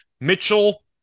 Mitchell